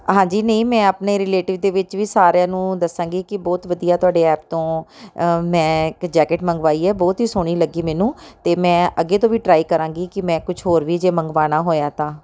ਹਾਂਜੀ ਨਹੀਂ ਮੈਂ ਆਪਣੇ ਰਿਲੇਟਿਵ ਦੇ ਵਿੱਚ ਵੀ ਸਾਰਿਆਂ ਨੂੰ ਦੱਸਾਂਗੀ ਕਿ ਬਹੁਤ ਵਧੀਆ ਤੁਹਾਡੇ ਐਪ ਤੋਂ ਮੈਂ ਇੱਕ ਜੈਕਟ ਮੰਗਵਾਈ ਹੈ ਬਹੁਤ ਹੀ ਸੋਹਣੀ ਲੱਗੀ ਮੈਨੂੰ ਅਤੇ ਮੈਂ ਅੱਗੇ ਤੋਂ ਵੀ ਟਰਾਈ ਕਰਾਂਗੀ ਕਿ ਮੈਂ ਕੁਛ ਹੋਰ ਵੀ ਜੇ ਮੰਗਵਾਉਣਾ ਹੋਇਆ ਤਾਂ